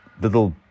little